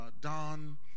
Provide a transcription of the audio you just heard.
Don